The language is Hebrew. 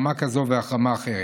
בהחרמה כזאת או אחרת.